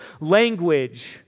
language